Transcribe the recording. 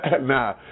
nah